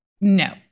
No